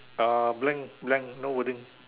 uh blank blank no wording